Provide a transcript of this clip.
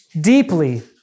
deeply